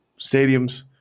stadiums